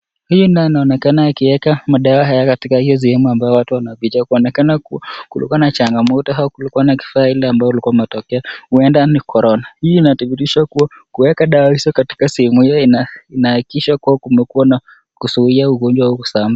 Hii nayo inaonekana akiweka madawa haya katika hiyo sehemu ambayo watu wanapita, inaonekana kuwa kulikuwa na chagamoto au kulikuwa na kifaa ile ambayo ilikuwa imetokea, huenda ni corona. Hii ni inadhihirisha kuwa, kuweka dawa katika sehemu hiyo inahakikisha kuwa, kumekuwa na kuzuia ugonjwa huo kusambaa.